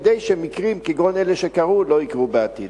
כדי שמקרים כגון אלה שקרו לא יקרו בעתיד.